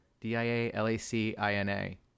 D-I-A-L-A-C-I-N-A